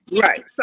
Right